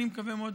אני מקווה מאוד,